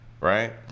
Right